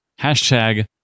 hashtag